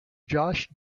josh